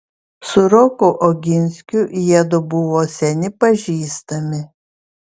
su roku oginskiu jiedu buvo seni pažįstami